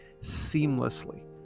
seamlessly